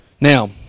Now